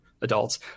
adults